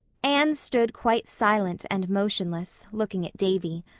anne stood quite silent and motionless, looking at davy.